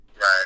Right